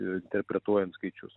interpretuojant skaičius